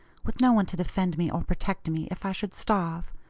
with no one to defend me or protect me, if i should starve.